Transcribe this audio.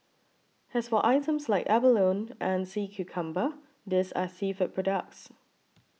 as for items like abalone and sea cucumber these are seafood products